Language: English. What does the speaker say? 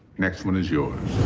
next one is yours.